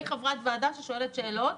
אני חברת ועדה ששואלת שאלות